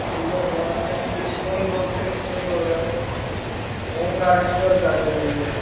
ठीक है भैया मैं अब पूर्ण रूप से निश्चिंत हो गया हूँ ओंकारेश्वर जाने के लिए